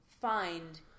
find